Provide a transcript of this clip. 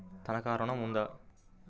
తనఖా ఋణం ఉందా?